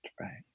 right